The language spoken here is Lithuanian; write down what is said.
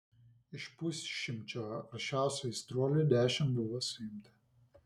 iš pusšimčio aršiausių aistruolių dešimt buvo suimta